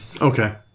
Okay